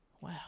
Wow